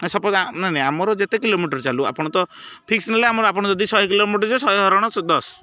ନାହିଁ ସପୋଜ୍ ନାଇଁ ଆମର ଯେତେ କିଲୋମିଟର ଚାଲୁ ଆପଣତ ଫିକ୍ସ୍ ନେଲେ ଆମର ଆପଣ ଯଦି ଶହେ କିଲୋମିଟର ଯିବେ ଶହେ ହରଣ ଦଶ